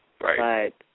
Right